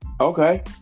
Okay